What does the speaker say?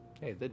Hey